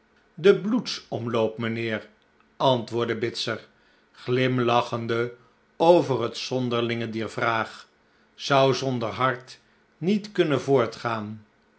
de bloedsomloop mijnheer antwoordde bitzer glinllachende over het zonderlinge dier vraag zou zonder hart niet kunnen voortgaan